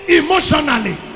emotionally